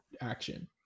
action